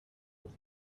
with